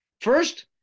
First